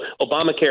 Obamacare